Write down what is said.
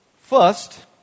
First